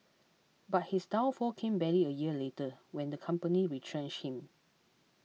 but his downfall came barely a year later when the company retrenched him